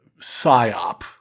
psyop